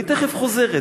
אני תיכף חוזרת,